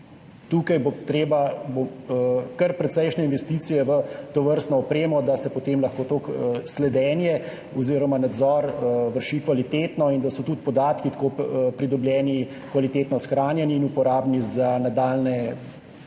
tukaj kar precejšnje investicije v tovrstno opremo, da se potem lahko to sledenje oziroma nadzor vrši kvalitetno in da so tudi podatki tako pridobljeni, kvalitetno shranjeni in uporabni za nadaljnje procese